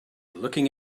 looking